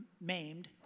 maimed